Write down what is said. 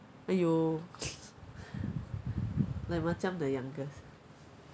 !aiyo! like macam the youngest